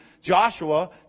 Joshua